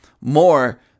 more